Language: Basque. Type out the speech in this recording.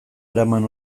eraman